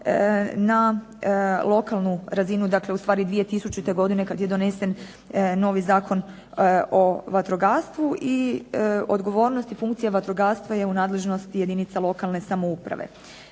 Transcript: na lokalnu razinu. Dakle, u stvari 2000. godine kad je donesen novi zakon o vatrogastvu i odgovornost i funkcija vatrogastva je u nadležnosti jedinica lokalne samouprave.